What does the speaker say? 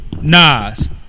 Nas